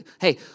Hey